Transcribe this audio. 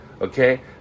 okay